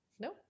No